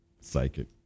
psychic